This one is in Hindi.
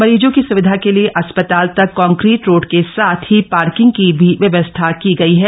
मरीजों की सुविधा के लिए अस्पताल तक कॉन्क्रीट रोड के साथ ही पार्किंग की भी व्यवस्था की गई है